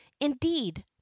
indeed